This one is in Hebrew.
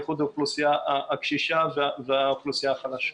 בייחוד האוכלוסייה הקשישה והאוכלוסייה החלשה.